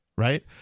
Right